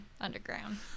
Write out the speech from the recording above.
underground